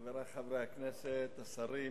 חברי חברי הכנסת, השרים,